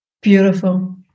Beautiful